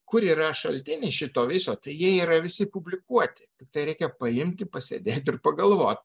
kur yra šaltinis šito viso tai jie yra visi publikuoti tiktai reikia paimti pasėdėti ir pagalvot